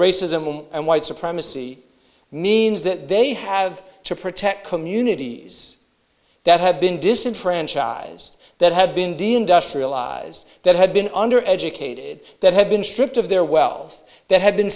racism and white supremacy means that they have to protect communities that have been disenfranchised that have been deemed us realize that have been under educated that have been stripped of their wealth that have been